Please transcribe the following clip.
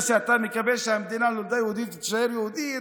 אתה מקבל את זה שהמדינה נולדה יהודית ותישאר יהודית,